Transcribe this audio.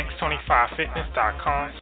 X25Fitness.com